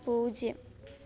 പൂജ്യം